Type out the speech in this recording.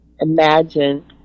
Imagine